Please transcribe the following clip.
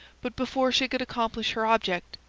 but before she could accomplish her object,